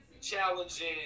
challenging